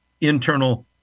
internal